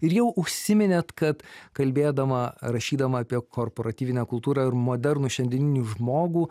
ir jau užsiminėt kad kalbėdama rašydama apie korporatyvinę kultūrą ir modernų šiandieninį žmogų